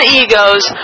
egos